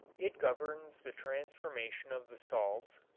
it governs the transformation of the salts,